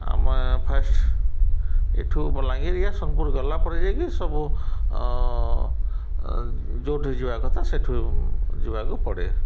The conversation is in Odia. ଆମେ ଫାଷ୍ଟ୍ ଏଇଠୁ ବଲାଙ୍ଗିର ସୋନପୁର ଗଲା ପଡ଼ି ଯାଇକି ସବୁ ଯେଉଁଠି ଯିବା କଥା ସେଇଠୁ ଯିବାକୁ ପଡ଼େ